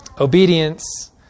Obedience